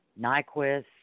Nyquist